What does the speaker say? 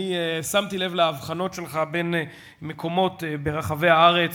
אני שמתי לב להבחנות שלך בין מקומות ברחבי הארץ,